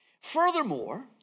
Furthermore